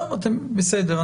בסדר.